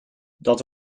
dat